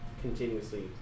continuously